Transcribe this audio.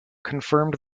confirmed